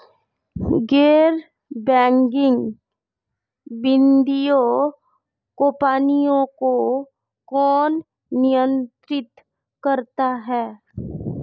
गैर बैंकिंग वित्तीय कंपनियों को कौन नियंत्रित करता है?